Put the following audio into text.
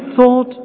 thought